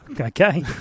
Okay